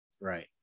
Right